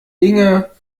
inge